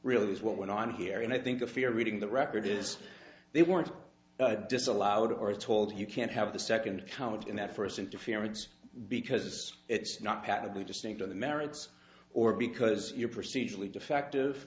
really is what went on here and i think a fair reading the record is they weren't disallowed or told you can't have the second count in that first interference because it's not patently distinct on the merits or because you're procedurally defective